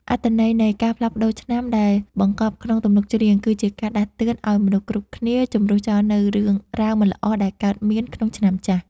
អត្ថន័យនៃការផ្លាស់ប្តូរឆ្នាំដែលបង្កប់ក្នុងទំនុកច្រៀង គឺជាការដាស់តឿនឱ្យមនុស្សគ្រប់គ្នាជម្រុះចោលនូវរឿងរ៉ាវមិនល្អដែលកើតមានក្នុងឆ្នាំចាស់។